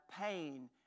pain